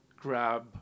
grab